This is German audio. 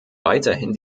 weiterhin